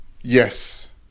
yes